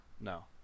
no